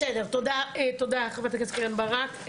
בסדר, תודה חה"כ קרן ברק.